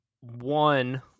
one